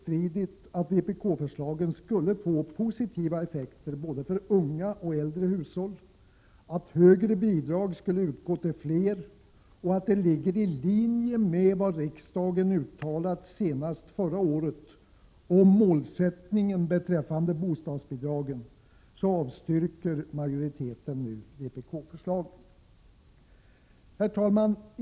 Trots att vpk-förslagen ostridigt skulle få positiva effekter för både unga och äldre hushåll, att högre bidrag skulle utgå till fler och att det ligger i linje med vad riksdagen uttalat senast förra året om målsättningen med bostadsbidragen, avstyrker majoriteten nu vpk-förslagen. Herr talman!